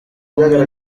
bumwe